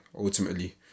ultimately